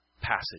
passage